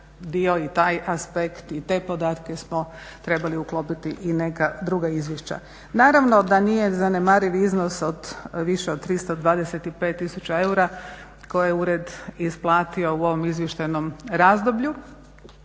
dio i taj aspekt i te podatke smo trebali uklopiti i neka druga izvješća. Naravno da nije zanemariv iznos od više od 325000 eura koje je Ured isplatio u ovom izvještajnom razdoblju.